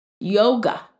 yoga